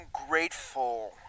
ungrateful